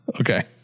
Okay